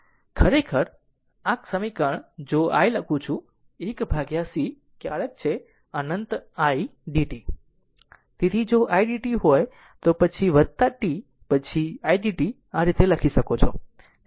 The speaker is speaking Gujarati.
ખરેખર આ સમીકરણ જો i લખું છું 1 c ક્યારેક છે અનંત idt તેથી જો idt હોય તો t પછી idt આ રીતે લખી શકો છો